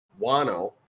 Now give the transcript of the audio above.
Wano